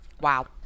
Wow